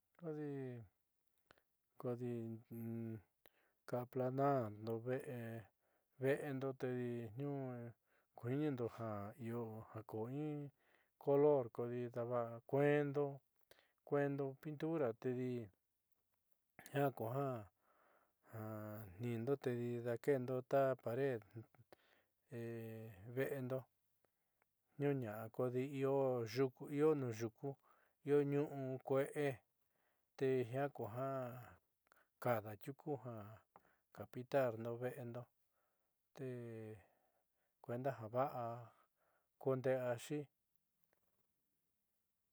Kodi kodi ka aplanando ve'endo tedi niuu kuiinindo ja io jaku in color kodi kueendo kueendo pintura tedi jiaa kuja ja tniindo ta pared ve'endo niuu ña'a kodi io nuuyuku io ñu'u kue'e tejiaa kuja kada tiuku ja pintarndo ve'endo te kuenda ja va'a kuunde'eaxi.